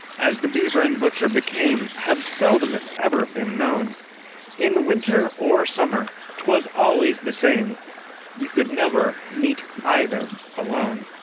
as the beaver and butcher became, have seldom if ever been known in winter or summer, twas always the same you could never meet either alone.